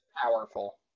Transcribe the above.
Powerful